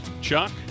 Chuck